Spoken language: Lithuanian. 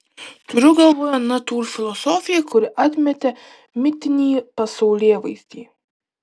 turiu galvoje natūrfilosofiją kuri atmetė mitinį pasaulėvaizdį